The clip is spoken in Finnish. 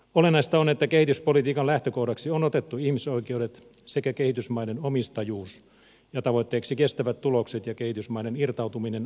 olennaista on että kehityspolitiikan lähtökohdaksi on otettu ihmisoikeudet sekä kehitysmaiden omistajuus ja tavoitteeksi kestävät tulokset ja kehitysmaiden irtautuminen apuriippuvuudesta